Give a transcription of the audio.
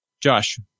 Josh